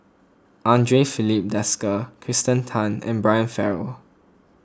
andre Filipe Desker Kirsten Tan and Brian Farrell